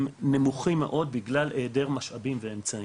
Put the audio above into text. הם נמוכים מאוד בגלל היעדר משאבים ואמצעים.